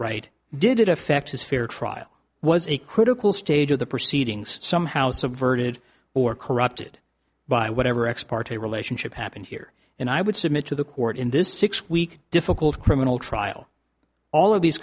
right did it affect his fair trial was a critical stage of the proceedings somehow subverted or corrupted by whatever ex parte relationship happened here and i would submit to the court in this six week difficult criminal trial all of these